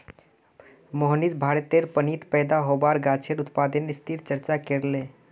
मोहनीश भारतेर पानीत पैदा होबार गाछेर उत्पादनेर स्थितिर चर्चा करले